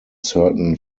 certain